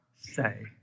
say